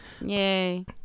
Yay